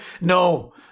No